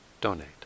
donate